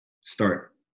start